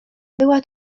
była